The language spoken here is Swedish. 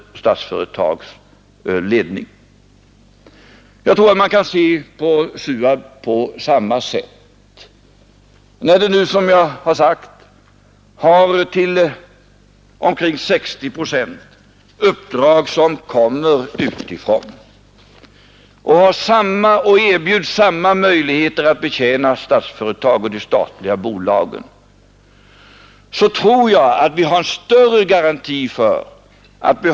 Herr Burenstam Linder har sedan tagit upp några av de åtgärder som har vidtagits av den förutvarande industriministern, och jag vill bara göra den kommentaren att statsrådet Wickman överlämnade handlingarna till JK för att få högsta auktoritativa bedömning av vad som hade förevarit. Herr talman!